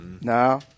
No